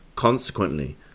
Consequently